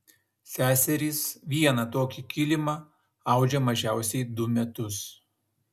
seserys vieną tokį kilimą audžia mažiausiai du metus